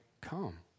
come